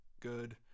good